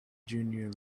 junior